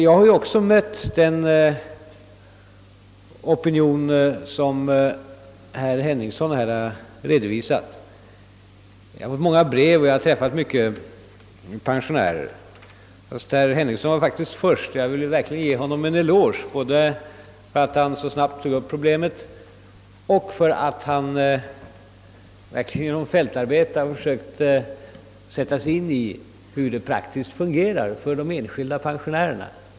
Jag har också mött den opinion som herr Henningsson här redovisat. Jag har fått många brev och jag har träffat många pensionärer. Men herr Henningsson var faktiskt först med att ta upp problemet, och jag vill ge honom en eloge både för att han gjorde detta så snabbt och för att han verkligen genom fältarbete har försökt sätta sig in i hur det hela praktiskt fungerar för de enskilda pensionärerna.